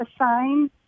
assign